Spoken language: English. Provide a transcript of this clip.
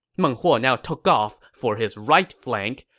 meng huo now took off for his right flank,